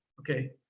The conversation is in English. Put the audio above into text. Okay